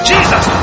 Jesus